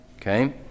Okay